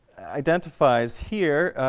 identifies here,